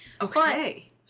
Okay